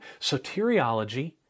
Soteriology